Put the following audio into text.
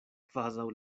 kvazaŭ